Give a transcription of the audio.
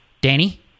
Danny –